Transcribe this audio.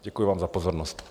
Děkuji vám za pozornost.